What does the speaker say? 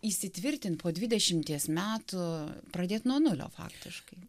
įsitvirtint po dvidešimties metų pradėt nuo nulio faktiškai